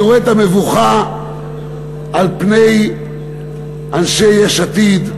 אני רואה את המבוכה על פני אנשי יש עתיד.